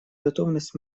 готовность